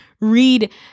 read